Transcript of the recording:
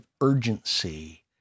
urgency